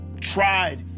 tried